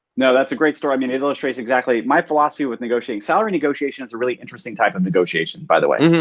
no, that's a great story. i mean it illustrates exactly my philosophy with negotiating. salary negotiations are a really interesting type of negotiation by the way.